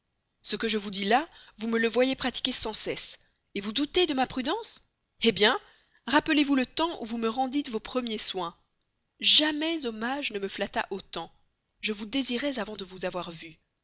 ce que je vous dis là vous me le voyez pratiquer sans cesse vous doutez de ma prudence hé bien rappelez-vous le temps où vous me rendîtes vos premiers soins jamais hommage ne me flatta autant je vous désirais avant de vous avoir vu